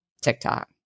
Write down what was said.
TikTok